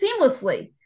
seamlessly